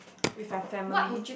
with like family